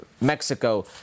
Mexico